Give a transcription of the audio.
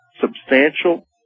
substantial